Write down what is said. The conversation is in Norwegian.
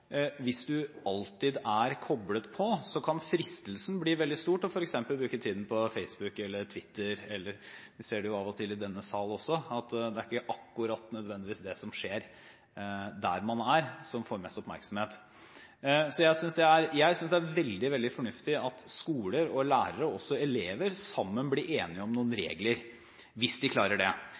Hvis man alltid er koblet på, kan fristelsen bli veldig stor til f.eks. å bruke tiden på Facebook eller Twitter. Man ser det også i denne salen at det ikke akkurat nødvendigvis er det som skjer der man er, som får mest oppmerksomhet. Jeg synes det er veldig fornuftig at skoler, lærere og elever sammen blir enige om noen regler hvis de klarer det.